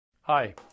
Hi